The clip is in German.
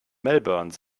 melbourne